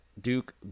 Duke